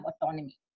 autonomy